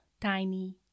tiny